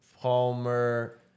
Palmer